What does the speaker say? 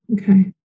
Okay